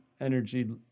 energy